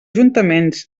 ajuntaments